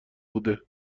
بوده